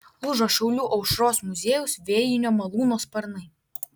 lūžo šiaulių aušros muziejaus vėjinio malūno sparnai